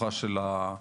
המשפחה של ההרוג